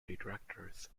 detractors